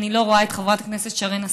אני לא רואה את חברת הכנסת שרן השכל,